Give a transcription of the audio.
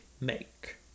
make